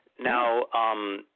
Now